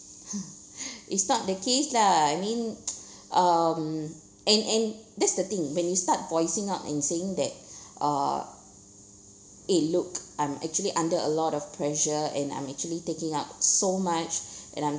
it's not the case lah I mean um and and that's the thing when you start voicing out and saying that uh eh look I'm actually under a lot of pressure and I'm actually taking up so much and I'm